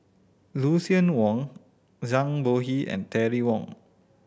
Lucien Wang Zhang Bohe and Terry Wong